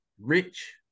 Rich